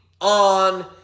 on